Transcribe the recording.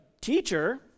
teacher